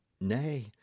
nay